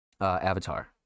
avatar